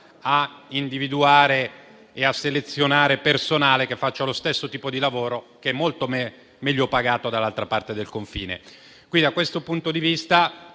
a individuare e a selezionare personale che faccia lo stesso tipo di lavoro che è pagato in modo migliore dall'altra parte del confine. Da questo punto di vista